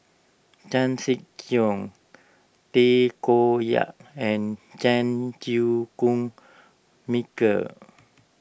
Chan Sek Keong Tay Koh Yat and Chan Chew Koon Michael